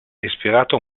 ispirato